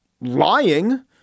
lying